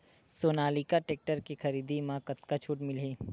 Sonalika tractor के खरीदी मा कतका छूट मीलही?